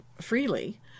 freely